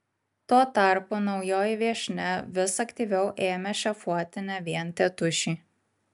tuo tarpu naujoji viešnia vis aktyviau ėmė šefuoti ne vien tėtušį